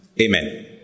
Amen